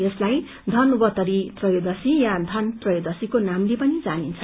यसलाई बनक्तरि त्रयोदशी या बन त्रयोदशीको नामले पनि जानिन्छ